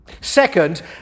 Second